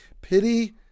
pity